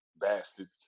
Bastards